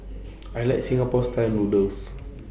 I like Singapore Style Noodles